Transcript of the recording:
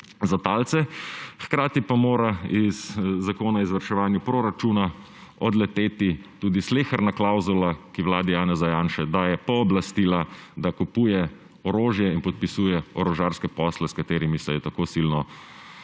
za talce. Hkrati pa mora iz zakona o izvrševanju proračuna odleteti tudi sleherna klavzula, ki vladi Janeza Janše daje pooblastila, da kupuje orožje in podpisuje orožarske posle, s katerimi se tako silno